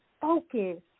focus